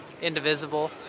indivisible